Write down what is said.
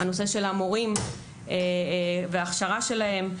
לגבי הנושא של המורים וההכשרה שלהם.